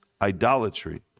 idolatry